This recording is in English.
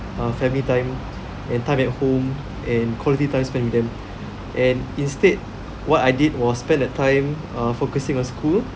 uh family time and time at home and quality time spent with them and instead what I did was spend the time uh focusing on school